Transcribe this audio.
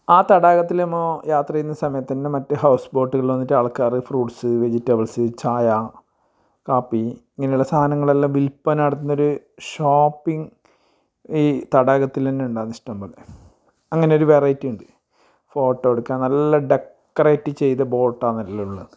ആ തടാകത്തിലെമോ യാത്ര ചെയ്യുന്ന സമയത്തന്നെ മറ്റ് ഹൗസ് ബോട്ട്കൾ വന്നിട്ട് ആൾക്കാർ ഫ്രൂട്സ്സ് വെജിറ്റബിൾസ്സ് ചായ കാപ്പി ഇങ്ങനുള്ള സാധനങ്ങളെല്ലാം വിൽപ്പന നടത്തുന്ന ഒരു ഷോപ്പിങ് ഈ തടാകത്തിലന്നെയുണ്ട് ഇഷ്ടം പോലെ അങ്ങനൊരു വെറൈറ്റി ഉണ്ട് ഫോട്ടോയെട്ക്കാം നല്ല ഡെക്കറേറ്റ് ചെയ്ത ബോട്ടാന്ന് എല്ലാം ഉള്ളത്